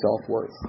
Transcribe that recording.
self-worth